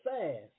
fast